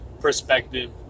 perspective